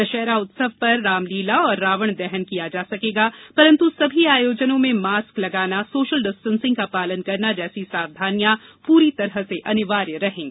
दशहरा उत्सव पर रामलीला एवं रावण दहन किया जा सकेगा परंतु सभी आयोजनों में मास्क लगाना सोशल डिस्टेंसिंग का पालन करना जैसी सावधानियां पूरी तरह अनिवार्य रहेंगी